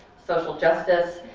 social justice,